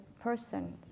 person